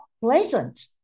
pleasant